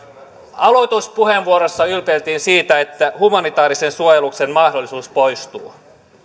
aloituspuheenvuorossa ylpeiltiin sillä että humanitaarisen suojelun mahdollisuus poistuu